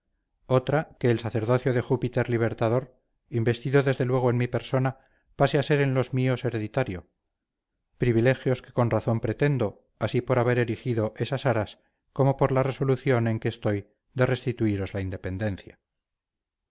otra que el sacerdocio de júpiter libertador investido desde luego en mi persona pase a ser en los míos hereditario privilegios que con razón pretendo así por haber erigido esas aras como por la resolución en que estoy de restituiros la independencia